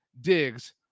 Diggs